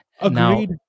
Agreed